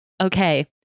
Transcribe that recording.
okay